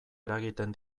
eragiten